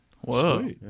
Whoa